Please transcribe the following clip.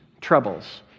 troubles